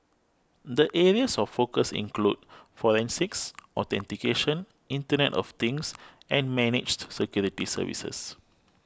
the areas of focus include forensics authentication internet of Things and managed security services